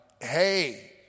hey